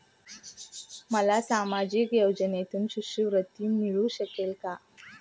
मला सामाजिक योजनेतून शिष्यवृत्ती मिळू शकेल का?